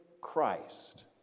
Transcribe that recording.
Christ